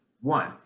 One